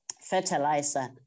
fertilizer